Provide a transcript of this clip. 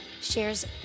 shares